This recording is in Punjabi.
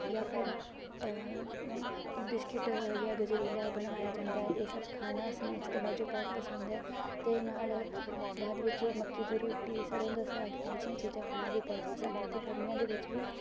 ਯਾ ਫਿਰ ਬਿਸਕਿਟ ਯਾ ਗਜਰੇਲਾ ਬਣਵਾਇਆ ਜਾਂਦਾ ਹੈ ਇਹ ਸਭ ਖਾਣਾ ਸਨੈਕਸ ਦੇ ਵਾਜੋ ਬਹੁਤ ਪਸੰਦ ਹੈ ਅਤੇ ਨਾਲ਼ ਬਾਅਦ ਵਿੱਚ ਮੱਕੀ ਦੀ ਰੋਟੀ ਸਰ੍ਹੋਂ ਦਾ ਸਾਗ ਇਹੋ ਜਿਹੀਆਂ ਚੀਜ਼ਾਂ ਖਾਣਾ ਵੀ ਬਹੁਤ ਪਸੰਦ ਹੈ ਅਤੇ ਗਰਮੀਆਂ ਦੇ ਵਿੱਚ ਵੀ